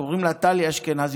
קוראים לה טלי אשכנזי,